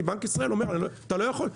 כי בנק ישראל אומר אתה לא יכול.